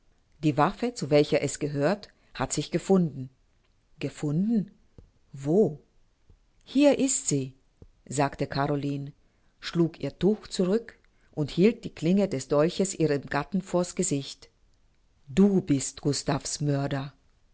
die waffe zu welcher es gehört hat sich gefunden gefunden wo hier ist sie sagte caroline schlug ihr tuch zurück und hielt die klinge des dolches ihrem gatten vor's gesicht du bist gustav's mörder